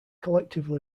collectively